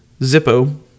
Zippo